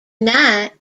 night